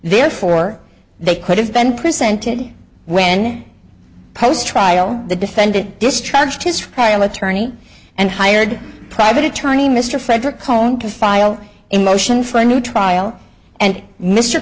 therefore they could have been presented when post trial the defendant this trudged his trial attorney and hired private attorney mr frederick cohn to file a motion for a new trial and mr